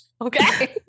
okay